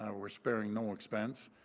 um are sparing no expense.